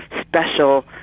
special